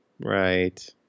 right